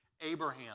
Abraham